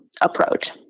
approach